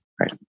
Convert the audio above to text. Right